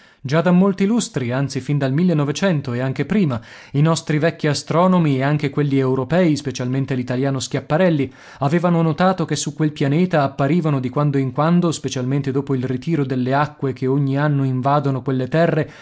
già da molti lustri anzi fin dal e anche prima i nostri vecchi astronomi e anche quelli europei specialmente l'italiano schiaparelli avevano notato che su quel pianeta apparivano di quando in quando specialmente dopo il ritiro delle acque che ogni anno invadono quelle terre